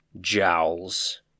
jowls